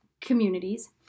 communities